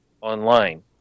online